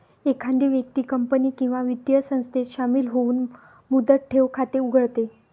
एखादी व्यक्ती कंपनी किंवा वित्तीय संस्थेत शामिल होऊन मुदत ठेव खाते उघडते